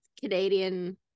Canadian